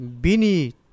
Bini